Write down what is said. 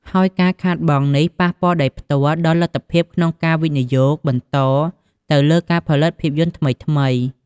ហើយការខាតបង់នេះប៉ះពាល់ដោយផ្ទាល់ដល់លទ្ធភាពក្នុងការវិនិយោគបន្តទៅលើការផលិតភាពយន្តថ្មីៗ។